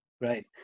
Right